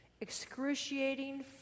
excruciating